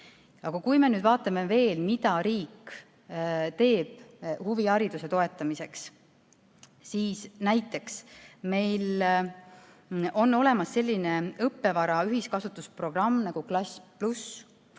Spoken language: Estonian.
kui me nüüd vaatame veel, mida riik teeb huvihariduse toetamiseks, siis näiteks meil on olemas selline õppevara ühiskasutuse programm nagu Klass+, kus koolid